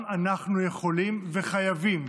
גם אנחנו יכולים וחייבים